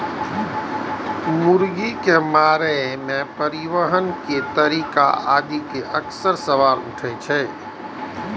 मुर्गी के मारै, परिवहन के तरीका आदि पर अक्सर सवाल उठैत रहै छै